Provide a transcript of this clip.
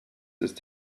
ist